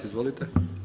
Izvolite.